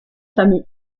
famille